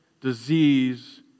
disease